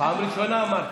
פעם ראשונה אמרתי.